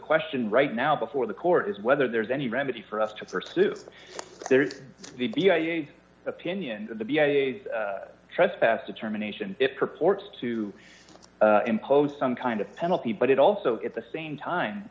question right now before the court is whether there's any remedy for us to pursue their opinion trespass determination it purports to impose some kind of penalty but it also at the same time